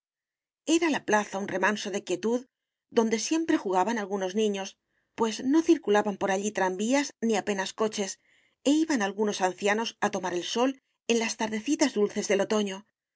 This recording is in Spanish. era la plaza un remanso de quietud donde siempre jugaban algunos niños pues no circulaban por allí tranvías ni apenas coches e iban algunos ancianos a tomar el sol en las tardecitas dulces del otoño